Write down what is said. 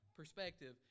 perspective